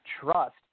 trust